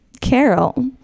Carol